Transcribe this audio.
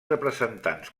representants